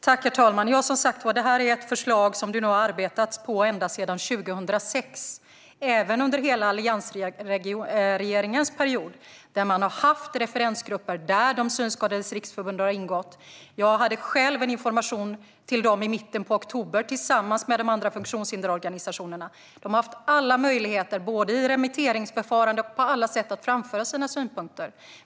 Herr talman! Detta är som sagt ett förslag som det nu har arbetats på ända sedan 2006, även under hela alliansregeringens period. Man har haft referensgrupper där Synskadades Riksförbund har ingått. Jag informerade dem och de andra funktionshindersorganisationerna i mitten av oktober. De har haft alla möjligheter att framföra sina synpunkter, även i remitteringsförfarandet.